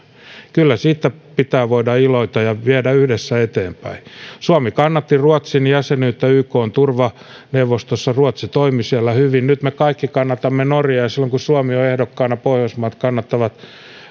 kyllä siitä pitää voida iloita ja viedä sitä yhdessä eteenpäin suomi kannatti ruotsin jäsenyyttä ykn turvaneuvostossa ruotsi toimi siellä hyvin nyt me kaikki kannatamme norjaa ja silloin kun suomi on ehdokkaana pohjoismaat kannattavat